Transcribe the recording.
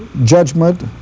judgement,